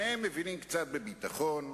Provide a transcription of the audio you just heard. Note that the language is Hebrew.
שניהם מבינים קצת בביטחון,